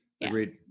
Agreed